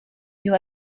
you